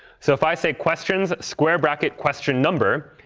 so if i say questions square bracket question number,